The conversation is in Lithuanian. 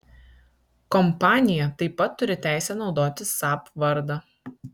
kompanija taip pat turi teisę naudoti saab vardą